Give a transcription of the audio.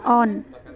on